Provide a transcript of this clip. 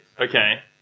Okay